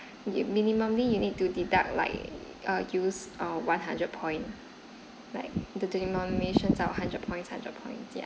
you minimally you need to deduct like uh use uh one hundred point like the denominations are one hundred points hundred points ya